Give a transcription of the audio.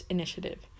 Initiative